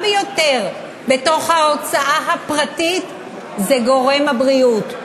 ביותר בתוך ההוצאה הפרטית זה גורם הבריאות.